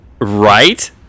right